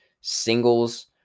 singles